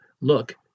look